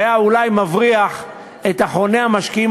והיה אולי מבריח את אחרוני המשקיעים